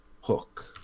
Hook